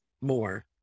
more